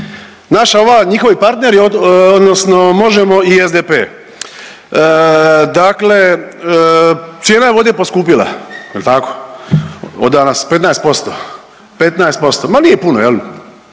naša ova, njihovi partneri od odnosno Možemo! i SDP. Dakle cijena je vode poskupjela, jel tako, od danas 15%, 15%, ma nije puno je li,